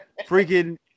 freaking